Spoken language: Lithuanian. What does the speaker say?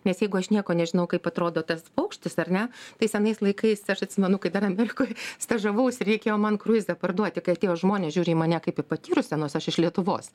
nes jeigu aš nieko nežinau kaip atrodo tas paukštis ar ne tai senais laikais tai aš atsimenu kai dar amerikoj stažavausi ir reikėjo man kruizą parduoti kad tie žmonės žiūri į mane kaip į patyrusią nors aš iš lietuvos